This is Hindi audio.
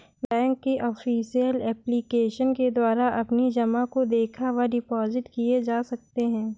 बैंक की ऑफिशियल एप्लीकेशन के द्वारा अपनी जमा को देखा व डिपॉजिट किए जा सकते हैं